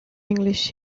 english